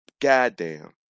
goddamn